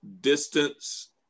distance